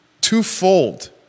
Twofold